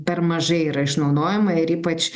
dar mažai yra išnaudojama ir ypač